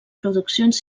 produccions